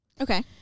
Okay